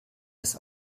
das